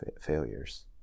failures